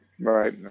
right